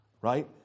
right